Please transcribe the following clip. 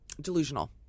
delusional